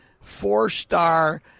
four-star